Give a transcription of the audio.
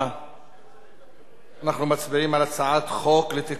אנחנו מצביעים על הצעת חוק לתיקון פקודת סדרי השלטון והמשפט